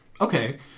Okay